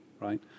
right